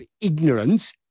ignorance